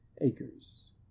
acres